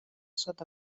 sota